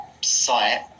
site